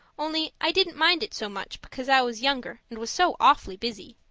only i didn't mind it so much because i was younger, and was so awfully busy.